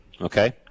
Okay